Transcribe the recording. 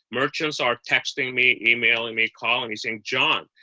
merchants are texting me, emailing me, calling me saying, john,